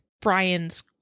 Brian's